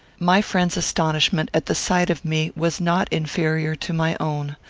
my friend's astonishment at the sight of me was not inferior to my own.